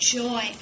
joy